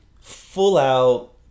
full-out